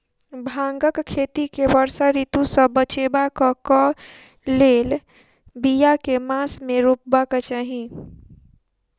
भांगक खेती केँ वर्षा ऋतु सऽ बचेबाक कऽ लेल, बिया केँ मास मे रोपबाक चाहि?